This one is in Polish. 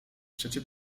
przecie